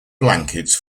blankets